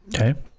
Okay